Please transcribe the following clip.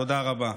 תודה רבה,